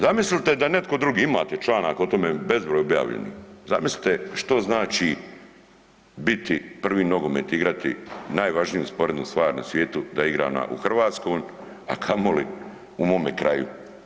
Zamislite da je netko drugi, imate članak o tome bezbroj objavljenih, zamislite što znači biti, prvi nogomet igrati, najvažniju sporednu stvar na svijetu, da je igrana u Hrvatskoj, a kamoli u mome kraju.